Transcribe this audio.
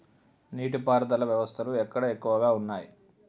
నీటి పారుదల వ్యవస్థలు ఎక్కడ ఎక్కువగా ఉన్నాయి?